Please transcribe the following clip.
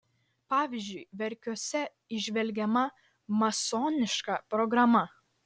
pavyzdžiui verkiuose įžvelgiama masoniška programa